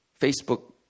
Facebook